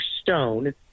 Stone